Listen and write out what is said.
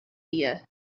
ear